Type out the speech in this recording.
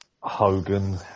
Hogan